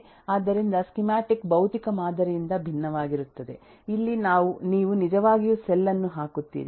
ಆದ್ದರಿಂದ ಸ್ಕೀಮ್ಯಾಟಿಕ್ ಭೌತಿಕ ಮಾದರಿಯಿಂದ ಭಿನ್ನವಾಗಿರುತ್ತದೆ ಅಲ್ಲಿ ನೀವು ನಿಜವಾಗಿಯೂ ಸೆಲ್ ಅನ್ನು ಹಾಕುತ್ತೀರಿ